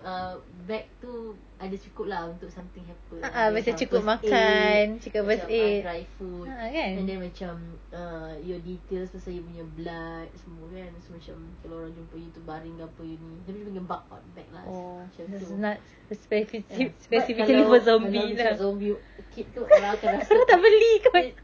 err bag tu ada cukup lah untuk something happened ada macam first aid macam ada dry food and then macam err your details pasal you punya your blood semua kan so macam kalau orang jumpa you terbaring ke apa you ni tapi kita panggil bunk out bag lah macam tu ya but kalau kalau kita cakap zombie kit tu orang akan rasa oh it's